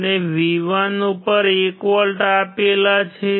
આપણે V1 ઉપર 1 volt આપેલા છે